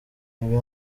ibi